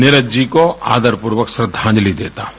नीरज जी को आदरपूर्वक श्रद्दांजलि देता हूं